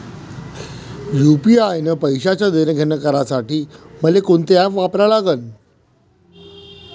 UPI न पैशाचं देणंघेणं करासाठी मले कोनते ॲप वापरा लागन?